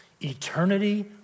Eternity